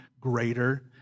greater